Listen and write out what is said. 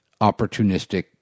opportunistic